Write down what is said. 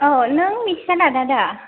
औ नों मिथिसार ना दादा